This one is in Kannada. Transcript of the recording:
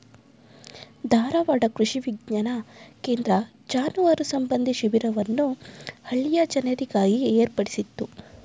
ಧಾರವಾಡ ಕೃಷಿ ವಿಜ್ಞಾನ ಕೇಂದ್ರ ಜಾನುವಾರು ಸಂಬಂಧಿ ಶಿಬಿರವನ್ನು ಹಳ್ಳಿಯ ಜನರಿಗಾಗಿ ಏರ್ಪಡಿಸಿತ್ತು